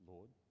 Lord